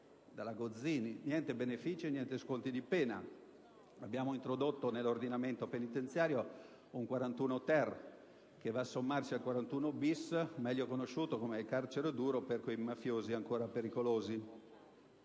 niente benefici e niente sconti di pena. Abbiamo introdotto nell'ordinamento penitenziario un articolo 41-*ter* che va a sommarsi al 41-*bis*, meglio conosciuto come carcere duro per i mafiosi ancora pericolosi.